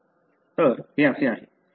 तर हे असे आहे